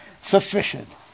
sufficient